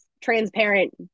transparent